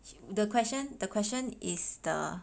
the question the question is the